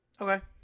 Okay